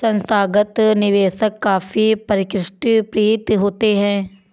संस्थागत निवेशक काफी परिष्कृत प्रतीत होते हैं